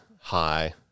high